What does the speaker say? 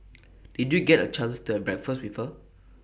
did you get A chance to have breakfast with her